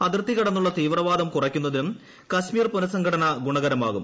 അതിർത്തി കടന്നുള്ള തീവ്രവാദം കുറയ്ക്കുന്നതിനും കശ്മീർ പുനഃസംഘടന ഗുണകരമാകും